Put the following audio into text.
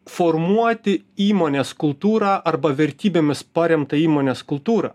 formuoti įmonės kultūrą arba vertybėmis paremtą įmonės kultūrą